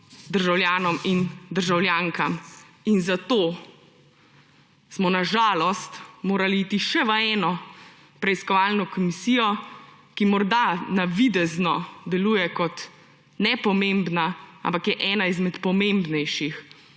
državljanom in državljankam. In zato smo na žalost morali iti še v eno preiskovalno komisijo, ki morda navidezno deluje kot nepomembna, ampak je ena izmed pomembnejših.